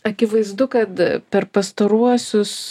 akivaizdu kad per pastaruosius